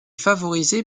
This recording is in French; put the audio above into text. favorisé